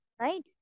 right